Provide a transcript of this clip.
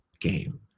game